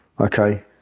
okay